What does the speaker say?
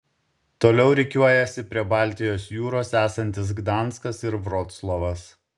toliau rikiuojasi prie baltijos jūros esantis gdanskas ir vroclavas